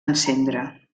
encendre